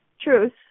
truth